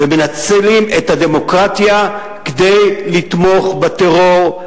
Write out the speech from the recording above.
ומנצלים את הדמוקרטיה כדי לתמוך בטרור,